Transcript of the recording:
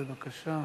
בבקשה.